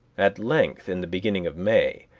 at length, in the beginning of may,